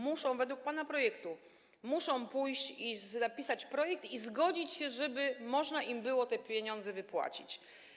Muszą według pana projektu pójść, napisać projekt i zgodzić się, żeby można im było te pieniądze wypłacić.